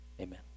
Amen